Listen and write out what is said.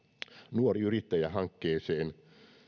nuori yrittäjyys hankkeeseen